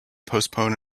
postpone